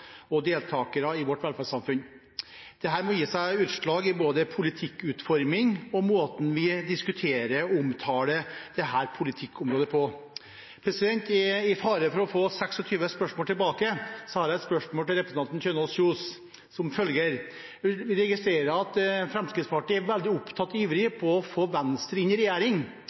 og deltagere i vårt velferdssamfunn. Dette må gi seg utslag i både politikkutforming og måten vi diskuterer og omtaler dette politikkområdet på. Med fare for å få 26 spørsmål tilbake har jeg et spørsmål til representanten Kjønaas Kjos: Jeg registrerer at Fremskrittspartiet er veldig opptatt av og ivrig etter å få Venstre inn i regjering.